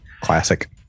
Classic